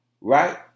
right